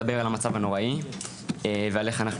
מדבר על המצב הנוראי ועל איך אנחנו